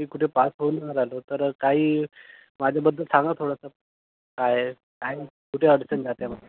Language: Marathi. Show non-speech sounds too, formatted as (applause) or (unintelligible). मी कुठे पास होऊन (unintelligible) तर काही माझ्याबद्दल सांगा थोडंसं काय काय कुठे अडचण जाते म